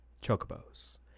Chocobos